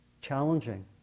Challenging